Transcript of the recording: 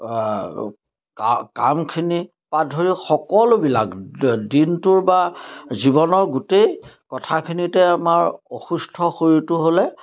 কা কামখিনিৰ পৰা ধৰি সকলোবিলাক দিনটোৰ বা জীৱনৰ গোটেই কথাখিনিতে আমাৰ অসুস্থ শৰীৰটো হ'লে